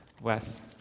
Wes